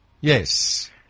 yes